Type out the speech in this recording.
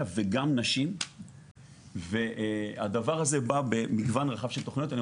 וגם נשים והדבר הזה בא במגוון רחב של תוכניות.